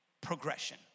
progression